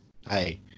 Hey